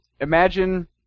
imagine